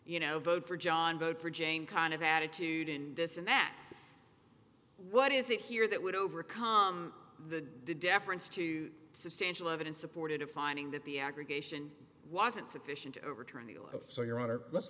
you know vote for john vote for jane kind of attitude in this and that what is it here that would overcome the deference to substantial evidence supported a finding that the aggregation wasn't sufficient to overturn the oh so your honor let's look